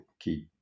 key